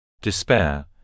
Despair